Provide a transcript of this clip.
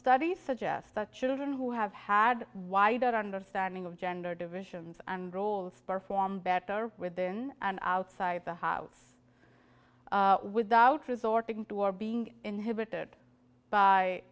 suggest that children who have had why their understanding of gender divisions and roles perform better within and outside the house without resorting to or being inhibited by